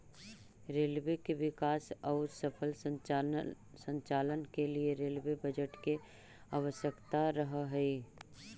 railway के विकास औउर सफल संचालन के लिए रेलवे बजट के आवश्यकता रहऽ हई